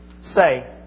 say